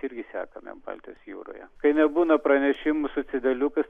irgi sekame baltijos jūroje kai nebūna pranešimų su cedeliukais